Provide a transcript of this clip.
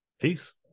Peace